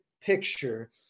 picture